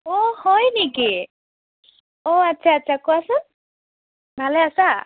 অ' হয় নেকি অ' আচ্ছা আচ্ছা কোৱাচোন ভালে আছা